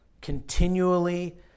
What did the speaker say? continually